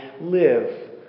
live